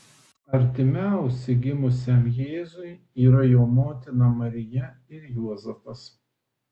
artimiausi gimusiam jėzui yra jo motina marija ir juozapas